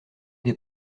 des